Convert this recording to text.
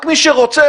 רק מי שרוצה,